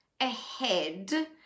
ahead